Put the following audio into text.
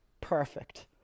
perfect